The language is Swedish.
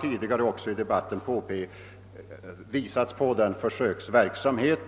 Tidigare i debatten har man också visat på den försöksverksamhet